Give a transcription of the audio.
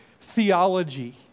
theology